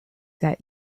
that